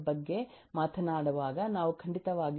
net ಬಗ್ಗೆ ಮಾತನಾಡುವಾಗ ನಾವು ಖಂಡಿತವಾಗಿಯೂ